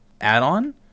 add-on